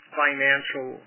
financial